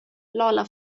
lola